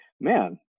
man